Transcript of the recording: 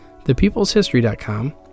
Thepeopleshistory.com